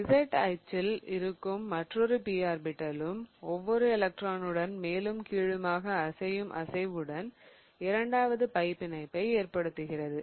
Z அச்சில் இருக்கும் மற்றொரு p ஆர்பிடலும் ஒவ்வொரு எலக்ட்ரானுடன் மேலும் கீழுமாக அசையும் அசைவுடன் இரண்டாவது பை பிணைப்பை ஏற்படுத்துகிறது